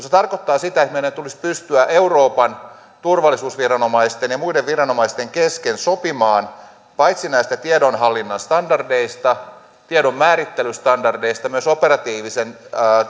se tarkoittaa sitä että meidän tulisi pystyä euroopan turvallisuusviranomaisten ja muiden viranomaisten kesken sopimaan paitsi näistä tiedonhallinnan standardeista ja tiedon määrittelystandardeista myös operatiivisen